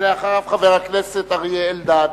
אחריו, חבר הכנסת אריה אלדד.